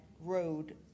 road